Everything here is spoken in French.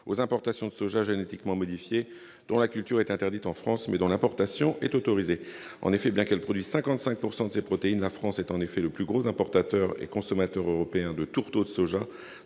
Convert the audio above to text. aux importations de soja génétiquement modifié dont la culture est interdite en France, mais dont l'importation est autorisée. En effet, bien qu'elle produise 55 % de ses protéines, la France est le plus gros importateur et consommateur européen de tourteaux de soja